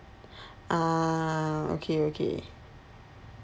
ah okay okay